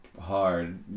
hard